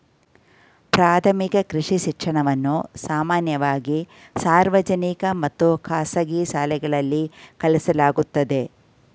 ಪ್ರಾಥಮಿಕ ಕೃಷಿ ಶಿಕ್ಷಣವನ್ನ ಸಾಮಾನ್ಯವಾಗಿ ಸಾರ್ವಜನಿಕ ಮತ್ತು ಖಾಸಗಿ ಶಾಲೆಗಳಲ್ಲಿ ಕಲಿಸಲಾಗ್ತದೆ